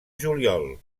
juliol